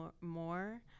more